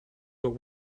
but